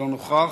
לא נוכח.